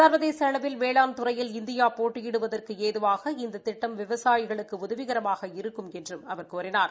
சா்வதேச அளவில் வேளாண் துறையில் இந்தியா போட்டியிடுவதற்கு ஏதுவாக இந்த திட்டம் விவசாயிகளுக்கு உதவிகரமாக இருக்கும் என்றும் அவர் கூறினார்